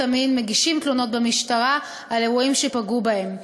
המין מגישים תלונות במשטרה על אירועים שפגעו בהם.